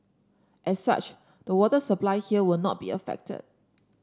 as such the water supply here will not be affected